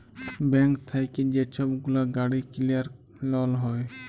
bank থ্যাইকে যে ছব গুলা গাড়ি কিলার লল হ্যয়